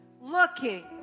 looking